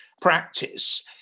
practice